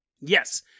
Yes